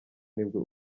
nibwo